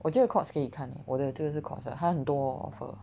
我记得 Courts 可以看 eh 我的这个是 course 的它很多 offer